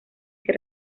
que